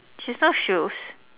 she is not shoes